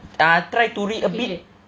ah try to read a bit